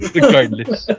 Regardless